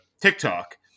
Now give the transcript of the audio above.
TikTok